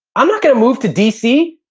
i'm not gonna move to dc,